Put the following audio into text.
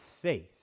faith